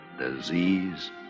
disease